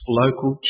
local